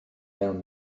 mewn